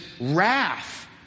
wrath